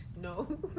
No